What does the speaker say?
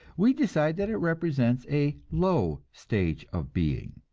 we decide that it represents a low stage of being.